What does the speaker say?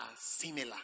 similar